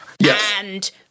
Yes